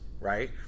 right